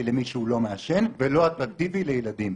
למי שהוא לא מעשן ולא אטרקטיבי לילדים.